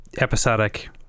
episodic